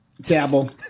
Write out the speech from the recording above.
dabble